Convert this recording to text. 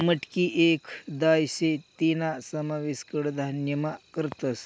मटकी येक दाय शे तीना समावेश कडधान्यमा करतस